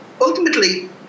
Ultimately